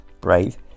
brave